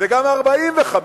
וגם 45,